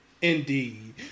Indeed